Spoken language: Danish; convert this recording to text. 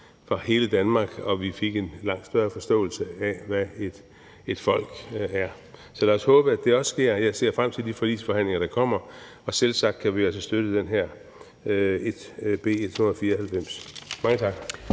fra hele Danmark og fik en langt større forståelse af, hvad et folk er. Så lad os håbe, at det også sker. Jeg ser frem til de forligsforhandlinger, der kommer, og selvsagt kan vi altså støtte det her beslutningsforslag,